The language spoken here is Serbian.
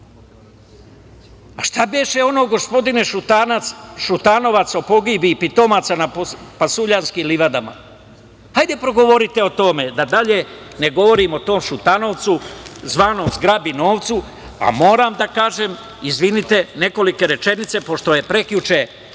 beše ono, gospodine Šutanovac, o pogibiji pitomaca na Pasuljanskim livadama? Hajde progovorite o tome i da dalje ne govorimo o tom Šutanovcu, zvanom „zgrabinovcu“, a moram da kažem, izvinite, nekolike rečenice, pošto je prekjuče